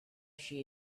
she